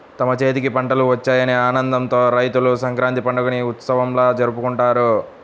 తమ చేతికి పంటలు వచ్చాయనే ఆనందంతో రైతులు సంక్రాంతి పండుగని ఉత్సవంలా జరుపుకుంటారు